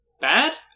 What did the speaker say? bad